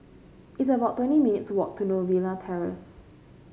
it's about twenty minutes' walk to Novena Terrace